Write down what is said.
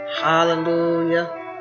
Hallelujah